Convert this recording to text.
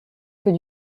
que